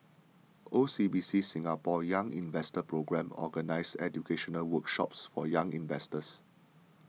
O C B C Singapore's Young Investor Programme organizes educational workshops for young investors